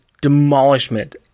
demolishment